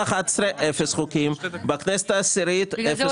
הארכת תוקף כפי שעושים במקרים האלה אבל בוודאי לא הייתה